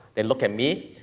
they look at me,